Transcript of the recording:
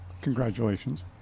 congratulations